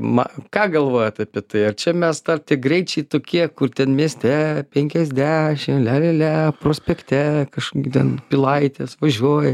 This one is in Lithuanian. ma ką galvojat apie tai ar čia mes dar tie greičiai tokie kur ten mieste penkiasdešim lia lia lia prospekte kaž ten pilaitės važiuoji